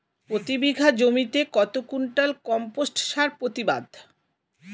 প্রতি বিঘা জমিতে কত কুইন্টাল কম্পোস্ট সার প্রতিবাদ?